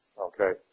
Okay